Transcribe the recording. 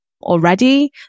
already